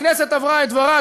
הכנסת אמרה את דברה,